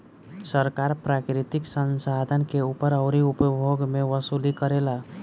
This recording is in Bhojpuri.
सरकार प्राकृतिक संसाधन के ऊपर अउरी उपभोग मे वसूली करेला